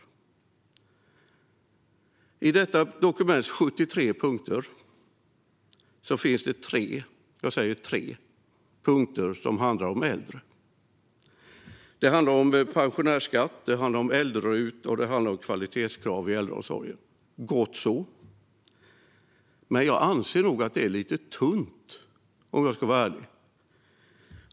Bland detta dokuments 73 punkter finns det 3, jag säger 3, punkter som handlar om äldre. De handlar om pensionärsskatt, äldre-RUT och om kvalitetskrav i äldreomsorgen. Gott så, men jag anser nog att det är lite tunt, om jag ska vara ärlig.